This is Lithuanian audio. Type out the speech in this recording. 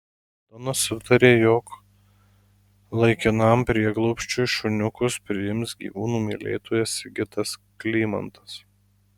aldona sutarė jog laikinam prieglobsčiui šuniukus priims gyvūnų mylėtojas sigitas klymantas